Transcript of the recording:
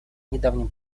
недавнем